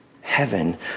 heaven